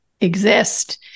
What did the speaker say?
exist